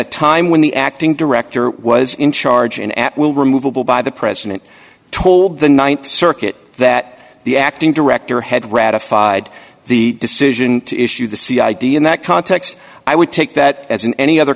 a time when the acting director was in charge an at will removable by the president told the th circuit that the acting director had ratified the decision to issue the c idea in that context i would take that as in any other